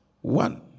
One